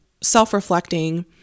self-reflecting